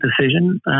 decision